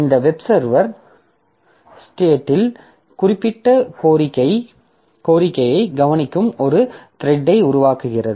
இந்த web server ஸ்டேட்டில் குறிப்பிட்ட கோரிக்கையை கவனிக்கும் ஒரு த்ரெட்ஐ உருவாக்குகிறது